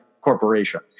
corporation